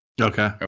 Okay